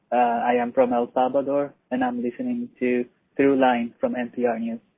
i am from el salvador, and i'm listening to throughline from npr news.